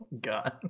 God